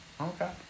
Okay